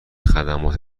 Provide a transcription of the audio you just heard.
خدمات